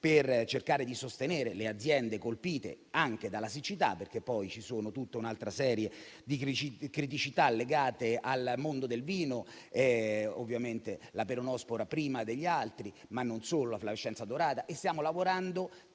per cercare di sostenere le aziende colpite anche dalla siccità, perché ci sono tutta un'altra serie di criticità legate al mondo del vino (la peronospora prima degli altri, ma anche la flavescenza dorata) e stiamo lavorando